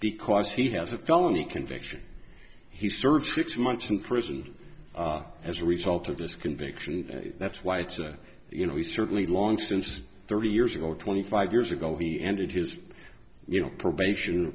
because he has a felony conviction he served six months in prison as a result of this conviction and that's why it's a you know we certainly long since this thirty years ago twenty five years ago he ended his you know probation